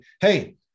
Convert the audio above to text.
Hey